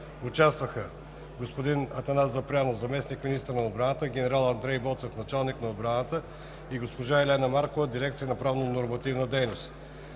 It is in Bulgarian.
участваха: господин Атанасов Запрянов – заместник-министър на отбраната, генерал Андрей Боцев – началник на отбраната, и госпожа Елена Маркова – директор на дирекция „Правнонормативна дейност“